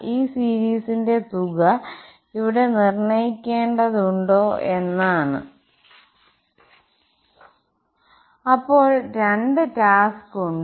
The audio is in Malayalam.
ഈ സീരീസിന്റെ തുക ഇവിടെ നിർണ്ണയിക്കേണ്ടതുണ്ടോ എന്നതാണ് അപ്പോൾ രണ്ട് ടാസ്ക് ഉണ്ട്